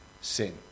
sin